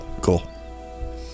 Cool